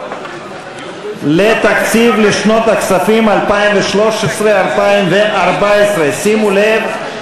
על הצעת התקציב לשנות הכספים 2013 2014. שימו לב,